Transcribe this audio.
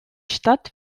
stadt